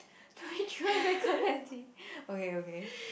at Clementi okay okay